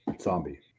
Zombie